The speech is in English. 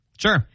Sure